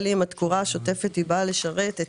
התקורה השוטפת של 8.5 מיליון באה לשרת את